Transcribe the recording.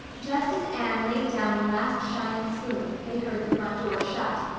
just as anne laid down the last shining spoon, they heard the front door shut.